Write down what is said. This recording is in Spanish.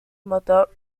motor